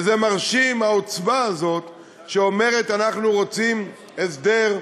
ומרשימה העוצמה הזאת שאומרת: אנחנו רוצים הסדר,